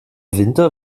winter